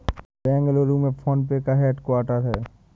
बेंगलुरु में PhonePe का head quarter हैं